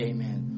Amen